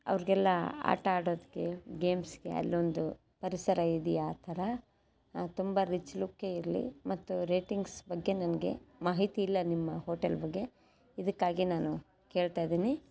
ಅವ್ರಿಗೆಲ್ಲ ಆಟ ಆಡೋದಕ್ಕೆ ಗೇಮ್ಸ್ಗೆ ಅಲ್ಲೊಂದು ಪರಿಸರ ಇದೆಯಾ ಆ ಥರ ತುಂಬ ರಿಚ್ ಲುಕ್ಕೇ ಇರಲಿ ಮತ್ತು ರೇಟಿಂಗ್ಸ್ ಬಗ್ಗೆ ನನಗೆ ಮಾಹಿತಿ ಇಲ್ಲ ನಿಮ್ಮ ಹೋಟೆಲ್ ಬಗ್ಗೆ ಇದಕ್ಕಾಗಿ ನಾನು ಕೇಳ್ತಾ ಇದೀನಿ